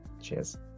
Cheers